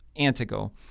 Antigo